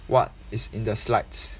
what is in the slides